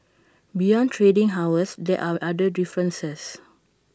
beyond trading hours there are other differences